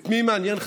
את מי מעניין,